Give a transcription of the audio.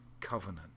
covenant